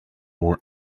more